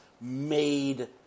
made